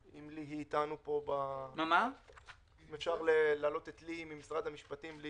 אם אפשר להעלות את ליהי קושניר ממשרד המשפטים.